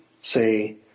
say